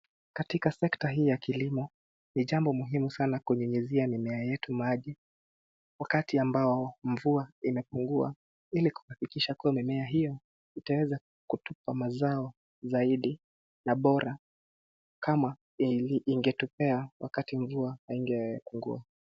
Katika sekta hii ya kilimo, ni jambo muhimu sana kunyunyizia mimea yetu maji, wakati ambao mvua imepungua ili kuhakikisha kuwa mimea hiyo, itaweza kutupa mazao zaidi na bora kama ingetokea wakati mvua haingepungua.